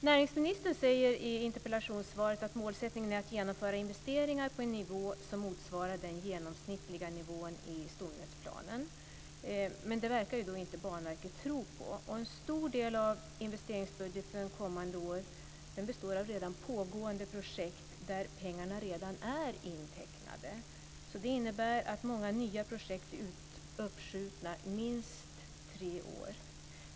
Näringsministern säger i interpellationssvaret att målsättningen är att genomföra investeringar på en nivå som motsvarar den genomsnittliga nivån i stomnätsplanen. Detta verkar inte Banverket tro på. En stor del av investeringsbudgeten kommande år består av pågående projekt där pengarna redan är intecknade. Det innebär att många nya projekt är uppskjutna minst tre år.